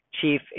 chief